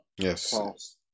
Yes